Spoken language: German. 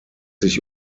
sich